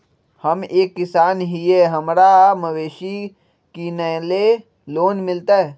हम एक किसान हिए हमरा मवेसी किनैले लोन मिलतै?